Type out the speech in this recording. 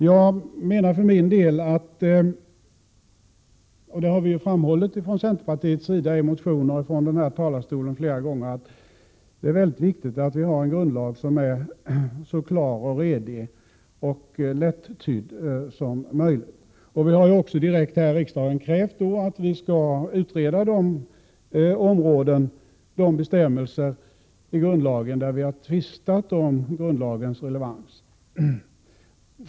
Jag menar för min del — det har vi från centerpartiets sida flera gånger 127 framhållit i motioner och från kammarens talarstol — att det är viktigt att vi har en grundlag som är så klar, redig och lättydd som möjligt. Vi har också här i riksdagen krävt att vi skall utreda de bestämmelser i grundlagen där vi här i kammaren har tvistat om grundlagens relevans.